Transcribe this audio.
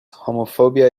homophobia